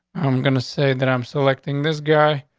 i'm going to say that i'm selecting this guy.